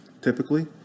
typically